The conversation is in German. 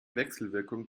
wechselwirkung